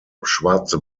schwarze